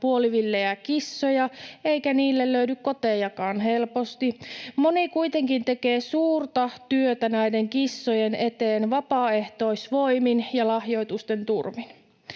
puolivillejä kissoja, eikä niille löydy kotejakaan helposti. Moni kuitenkin tekee suurta työtä näiden kissojen eteen vapaaehtoisvoimin ja lahjoitusten turvin.